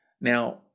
Now